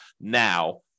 now